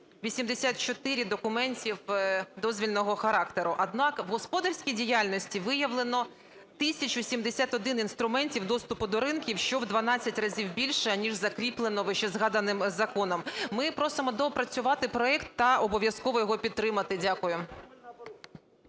84 документів дозвільного характеру, однак в господарській діяльності виявлено 1 тисячу 71 інструментів доступу до ринків, що у 12 разів більше, ніж закріплено вищезгаданим законом. Ми просимо доопрацювати проект та обов'язково його підтримати. Дякую.